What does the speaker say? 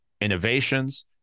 innovations